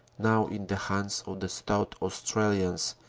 now in the hands of the stout australians,